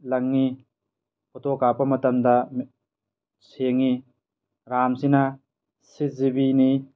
ꯂꯪꯏ photo ꯀꯥꯄꯄ ꯃꯇꯝꯗ ꯁꯦꯡꯏ ꯔꯥꯝꯁꯤꯅ ꯁꯤꯛꯁ ꯖꯤꯕꯤꯅꯤ